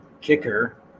kicker